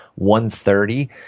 130